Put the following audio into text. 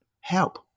help